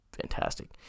fantastic